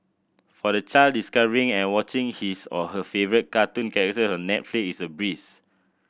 for the child discovering and watching his or her favourite cartoon character on Netflix is a breeze